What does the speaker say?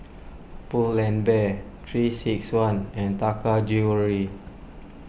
Pull and Bear three six one and Taka Jewelry